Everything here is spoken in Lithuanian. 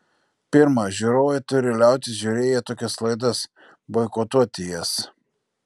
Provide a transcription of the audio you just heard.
pirma žiūrovai turi liautis žiūrėję tokias laidas boikotuoti jas